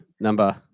number